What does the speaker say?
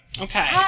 Okay